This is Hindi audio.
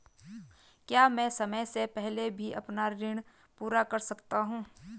क्या मैं समय से पहले भी अपना ऋण पूरा कर सकता हूँ?